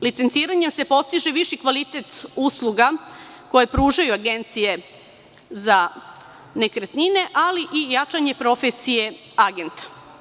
Licenciranjem se postiže viši kvalitet usluga koje pružaju agencije za nekretnine, ali i jačanje profesije – agenta.